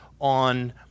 on